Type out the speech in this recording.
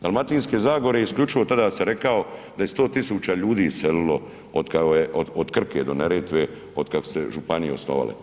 Dalmatinske zagore isključivo tada sam rekao da je 100.000 ljudi iselilo od Krke do Neretve od kada su se županije osnovale.